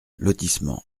lotissement